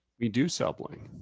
we do sell bling.